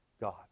God